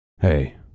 Hey